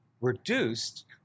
reduced